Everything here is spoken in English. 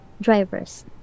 drivers